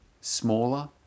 smaller